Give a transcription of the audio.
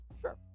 Sure